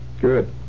Good